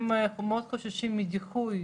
הם מאוד חוששים מדיחוי,